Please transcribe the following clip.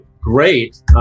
great